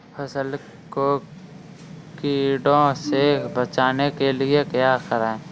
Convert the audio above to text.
फसल को कीड़ों से बचाने के लिए क्या करें?